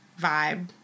vibe